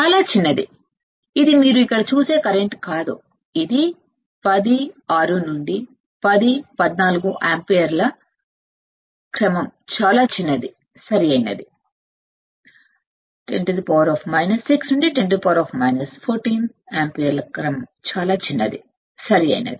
చాలా చిన్నది ఇది మీరు ఇక్కడ చూసే కరెంట్ కాదు ఇది 10 6నుండి 10 14 యంపీయర్లు క్రమం చాలా చిన్నది సరియైనది